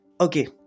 okay